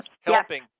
helping